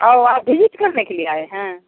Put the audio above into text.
औ आप बीज करने के लिए आए हैं